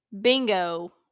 bingo